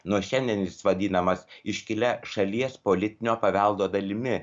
nuo šiandien jis vadinamas iškilia šalies politinio paveldo dalimi